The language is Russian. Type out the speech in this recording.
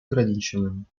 ограниченными